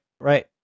right